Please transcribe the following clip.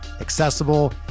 accessible